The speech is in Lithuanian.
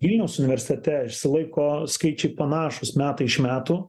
vilniaus universitete išsilaiko skaičiai panašūs metai iš metų